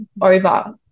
over